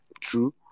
true